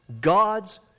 God's